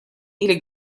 или